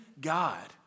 God